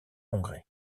congrès